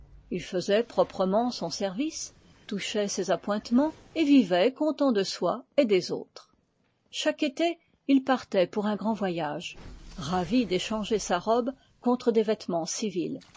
il faisait son service touchait ses appointements et vivait content de soi et des autres chaque été il partait pour un grand voyage ravi d'échanger sa robe contre des vêtements civils